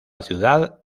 ciudad